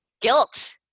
guilt